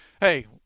Hey